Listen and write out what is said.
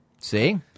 see